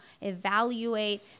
evaluate